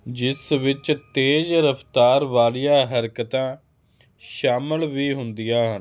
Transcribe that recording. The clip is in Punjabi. ਜਿਸ ਵਿੱਚ ਤੇਜ਼ ਰਫਤਾਰ ਵਾਲੀਆ ਹਰਕਤਾਂ ਸ਼ਾਮਿਲ ਵੀ ਹੁੰਦੀਆਂ ਹਨ